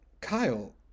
Kyle